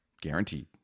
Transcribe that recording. guaranteed